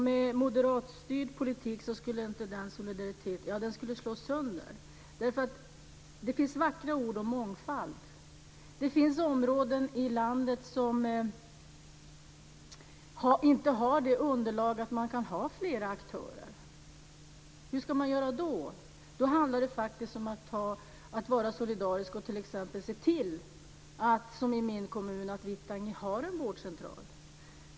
Med moderatstyrd politik skulle solidariteten slås sönder. Det finns vackra ord om mångfald. Men det finns områden i landet som inte har ett sådant underlag att man kan ha flera aktörer. Hur ska man göra då? Då handlar det faktiskt om att vara solidarisk och se till att t.ex. min kommun, Vittangi, har en vårdcentral.